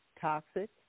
toxic